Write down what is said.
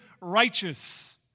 righteous